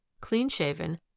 clean-shaven